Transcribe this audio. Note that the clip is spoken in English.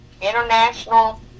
international